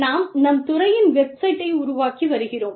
நாம் நம் துறையின் வெப்சைட்டை உருவாக்கி வருகிறோம்